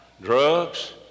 drugs